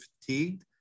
fatigued